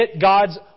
God's